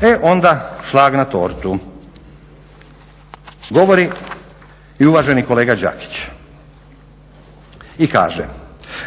E onda šlag na tortu, govori i uvaženi kolega Đakić i kaže